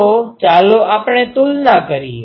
તો ચાલો આપણે તુલના કરીએ